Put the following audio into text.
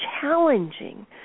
challenging